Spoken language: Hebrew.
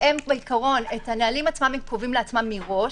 את הנהלים עצמם הם קובעים לעצמם מראש,